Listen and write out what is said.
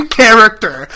character